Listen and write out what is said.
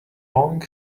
long